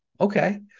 okay